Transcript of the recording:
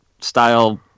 style